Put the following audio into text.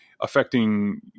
affecting